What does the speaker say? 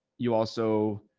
you also,